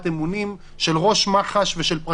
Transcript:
המצב הזה מביא לכך שמח"ש היא מחלקה לחיבוק שוטרים,